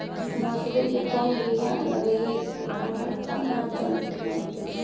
मसुरी के कोन बियाह लगइबै की अमरता न जलमतइ?